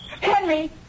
Henry